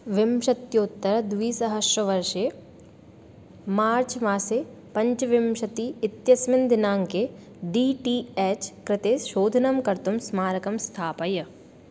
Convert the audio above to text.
विंशत्योत्तरद्विसहस्रवर्षे March मासे पञ्चविंशतिः इत्यस्मिन् दिनाङ्के डी टी एच् कृते शोधनं कर्तुं स्मारकं स्थापय